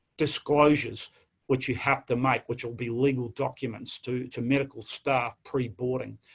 disclosures which you have to make, which will be legal documents to to medical staff pre-boarding.